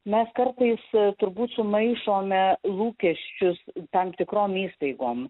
mes kartais turbūt sumaišome lūkesčius tam tikrom įstaigom